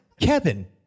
kevin